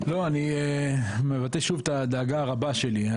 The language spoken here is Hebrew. אני מבטא שוב את הדאגה הרבה שלי.